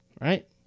right